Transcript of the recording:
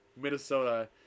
Minnesota